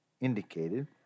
indicated